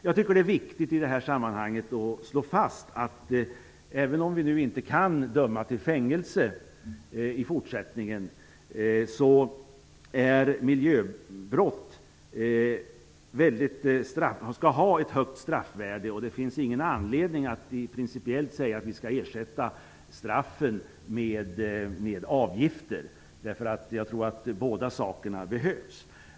Jag tycker att det är viktigt att i det här sammanhanget slå fast, att även om vi inte kan döma till fängelse i fortsättningen skall miljöbrott ha ett högt straffvärde. Det finns ingen anledning att principiellt säga att vi skall ersätta straffen med avgifter. Jag tror att båda sakerna behövs.